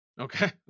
okay